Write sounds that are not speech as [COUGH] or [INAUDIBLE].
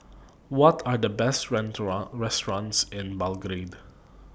What Are The Best [UNINTELLIGIBLE] restaurants in Belgrade